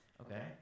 Okay